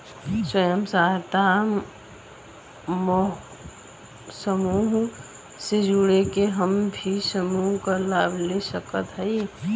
स्वयं सहायता समूह से जुड़ के हम भी समूह क लाभ ले सकत हई?